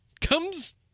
comes